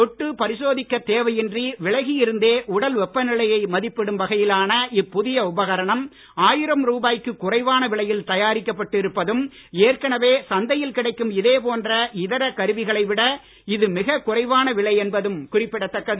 தொட்டுப் பரிசோதிக்க தேவையின்றி விலகி இருந்தே உடல் வெப்ப நிலையை மதிப்பிடும் வகையிலான இப்புதிய உபகரணம் ஆயிரம் ரூபாய்க்கு குறைவான விலையில் தயாரிக்கப்பட்டு இருப்பதும் ஏற்கனவே சந்தையில் கிடைக்கும் இதேபோன்ற இதர கருவிகளை விட இது மிக குறைவான விலை என்பதும் குறிப்பிடத் தக்கது